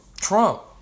Trump